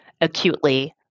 acutely